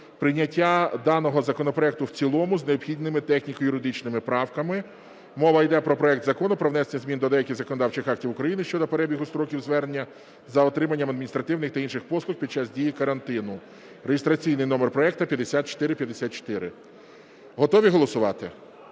прийняття даного законопроекту в цілому з необхідними техніко-юридичними правками. Мова йде про проект Закону про внесення змін до деяких законодавчих актів України щодо перебігу строків звернення за отриманням адміністративних та інших послуг під час дії карантину (реєстраційний номер проекту 5454). Готові голосувати?